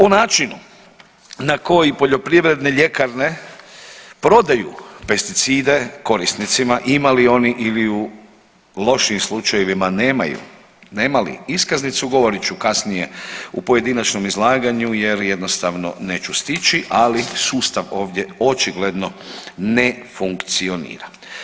U načinu na koji poljoprivredne ljekarne prodaju pesticide korisnicima ima li oni ili u lošim slučajevima nemaju, nema li iskaznicu, govorit ću kasnije u pojedinačnom izlaganju jer jednostavno neću stići, ali sustav ovdje očigledno ne funkcionira.